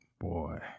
Boy